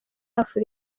afurika